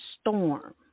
storm